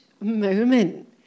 moment